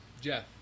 Jeff